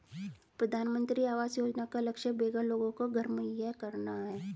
प्रधानमंत्री आवास योजना का लक्ष्य बेघर लोगों को घर मुहैया कराना है